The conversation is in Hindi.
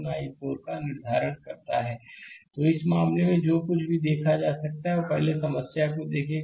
स्लाइड समय देखें 2531 तो इस मामले में जो कुछ भी देख सकता है वह पहले समस्या को देखेगा